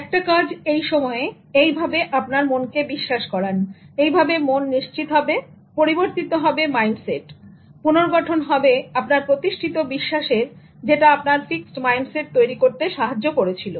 একটা কাজ এইসময়েএইভাবে আপনার মনকে বিশ্বাস করান এইভাবে মন নিশ্চিত হবে পরিবর্তিত হবে মাইন্ডসেটপুনর্গঠন হবে আপনার প্রতিষ্ঠিত বিশ্বাসের যেটা আপনার ফ্রিক্সড মাইন্ড সেট তৈরী করতে সাহায্য করেছিল